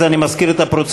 אז אני מזכיר את הפרוצדורה.